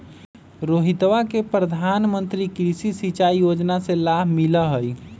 रोहितवा के प्रधानमंत्री कृषि सिंचाई योजना से लाभ मिला हई